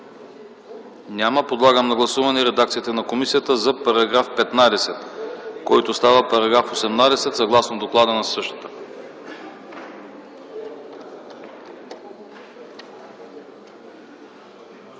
Няма. Подлагам на гласуване редакцията на комисията за § 15, който става § 18 съгласно доклада на същата.